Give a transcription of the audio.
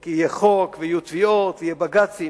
כי יהיה חוק ויהיו תביעות ויהיו בג"צים.